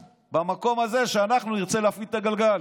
במקום הזה שאנחנו נרצה להפעיל את הגלגל.